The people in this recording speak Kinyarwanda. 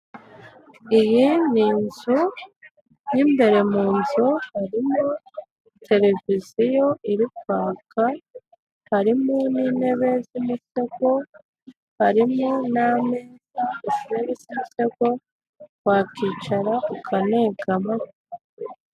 Iyi ni inzu mo imbere mu nzu harimo televiziyo iri kwaka, harimo n'intebe z'umusego harimo n'ameza ndetse z'imisego wakwicara ukanegama.